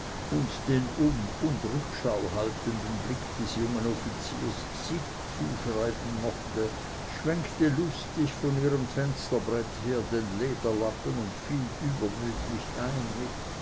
und den um und rückschauhaltenden blick des jungen offiziers sich zuschreiben mochte schwenkte lustig von ihrem fensterbrett her den lederlappen und fiel übermütig mit